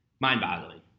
mind-boggling